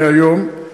מהיום,